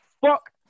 fuck